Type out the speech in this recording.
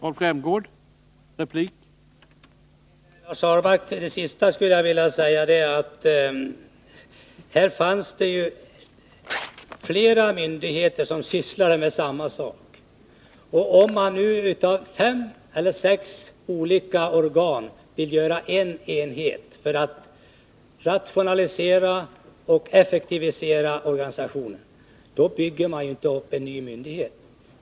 Herr talman! När det gäller det senaste som Lars Ahlmark sade skulle jag bara vilja påpeka att flera myndigheter nu sysslar med samma sak. Om man av fem eller sex olika organ vill göra en enhet för att rationalisera och effektivisera organisationen, då bygger man inte upp en ny myndighet.